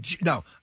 No